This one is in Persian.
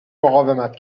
مقاومت